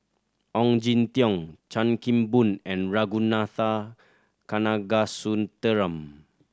Ong Jin Teong Chan Kim Boon and Ragunathar Kanagasuntheram